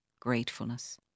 gratefulness